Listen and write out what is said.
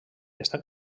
estan